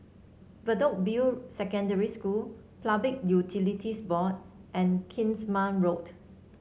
Bedok View Secondary School Public Utilities Board and Kingsmead Road